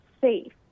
safe